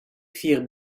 firent